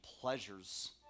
pleasures